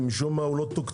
משום מה הוא לא תקצב.